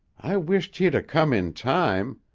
i wisht he'd a come in time.